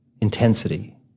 intensity